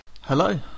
Hello